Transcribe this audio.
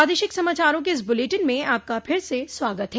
प्रादेशिक समाचारों के इस बुलेटिन में आपका फिर से स्वागत है